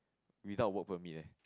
without work permit eh